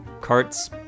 carts